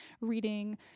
reading